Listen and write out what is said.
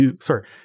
sorry